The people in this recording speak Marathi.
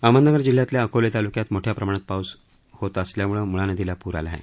अहमदनगर जिल्ह्यातल्या अकोले तालुक्यात मोठ्या प्रमाणात पाऊस होत असल्यामुळं मुळा नदीला पूर आला आहे